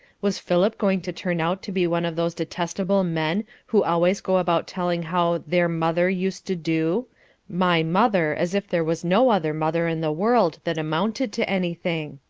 was philip going to turn out to be one of those detestable men who always go about telling how their mother used to do my mother, as if there was no other mother in the world that amounted to anything.